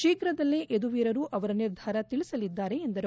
ಶೀಘ್ರದಲ್ಲೇ ಯದುವೀರರು ಅವರ ನಿರ್ಧಾರ ತಿಳಿಸಲಿದ್ದಾರೆ ಎಂದರು